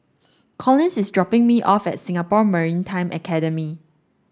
Collins is dropping me off at Singapore Maritime Academy